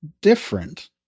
different